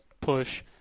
push –